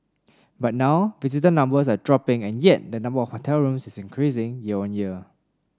but now visitor numbers are dropping and yet the number of hotel rooms is increasing year on year